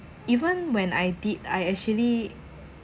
even when I did I actually